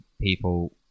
people